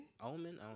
Omen